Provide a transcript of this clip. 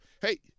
hey